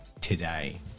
Today